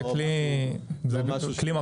זה כלי מרשים.